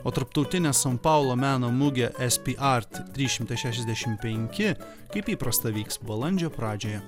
o tarptautinė san paulo meno mugė sparte trys šimtai šešiasdešimt penki kaip įprasta vyks balandžio pradžioje